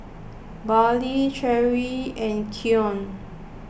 Bradly Cheri and Keion